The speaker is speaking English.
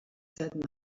said